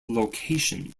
location